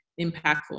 impactful